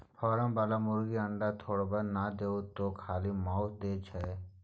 form बला मुरगी अंडा थोड़बै न देतोउ ओ तँ खाली माउस दै छै